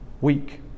weak